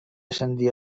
ascendir